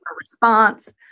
response